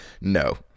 No